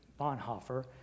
Bonhoeffer